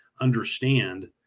understand